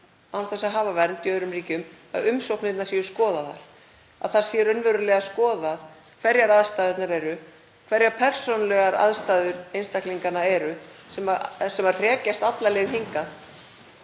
án þess að hafa vernd í öðrum ríkjum séu skoðaðar, að það sé raunverulega skoðað hverjar aðstæðurnar eru, hverjar persónulegar aðstæður einstaklinganna eru sem hrekjast alla leið hingað